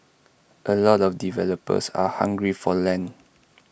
A lot of developers are hungry for land